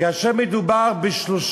כאשר מדובר ב-30